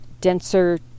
denser